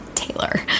taylor